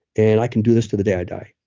and i can do this to the day i die.